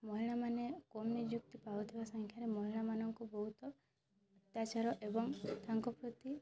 ମହିଳାମାନେ କମ୍ ନିଯୁକ୍ତି ପାଉଥିବା ସଂଖ୍ୟାରେ ମହିଳାମାନଙ୍କୁ ବହୁତ ତା'ଛଡ଼ା ଏବଂ ତାଙ୍କ ପ୍ରତି